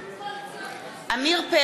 (קוראת בשמות חברי הכנסת) עיסאווי פריג' אינו נוכח עמיר פרץ,